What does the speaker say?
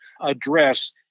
address